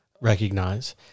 recognize